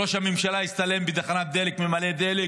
ראש הממשלה הצטלם בתחנת דלק ממלא דלק,